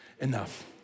enough